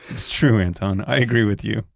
it's true, anton. i agree with you.